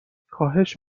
خواهش